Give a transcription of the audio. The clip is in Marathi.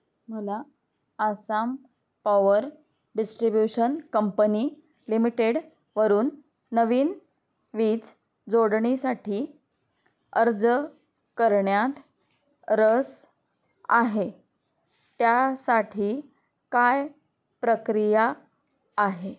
मला Assam power distribution company limited वरून नवीन वीज जोडणीसाठी अर्ज करण्यात रस आहे त्यासाठी काय प्रक्रिया आहे